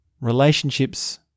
relationships